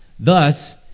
Thus